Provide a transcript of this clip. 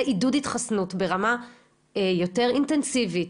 עידוד התחסנות ברמה יותר אינטנסיבית,